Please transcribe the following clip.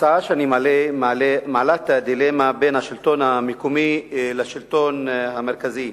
ההצעה שאני מעלה מעלה את הדילמה בין השלטון המקומי לשלטון המרכזי,